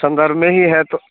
संदर्भ में ही है तो